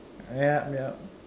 yup yup